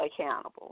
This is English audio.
accountable